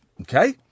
Okay